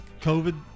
COVID